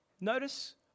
Notice